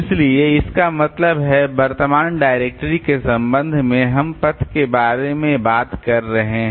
इसलिए इसका मतलब है वर्तमान डायरेक्टरी के संबंध में हम पथ के बारे में बात कर रहे हैं